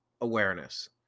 awareness